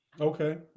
Okay